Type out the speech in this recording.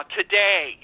today